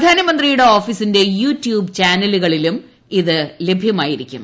പ്രധാനമന്ത്രിയുട്ട് ഓഫീസിന്റെ യൂട്യൂബ് ചാനലിലും ഇത് ലഭ്യമായിരിക്കും